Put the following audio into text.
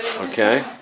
Okay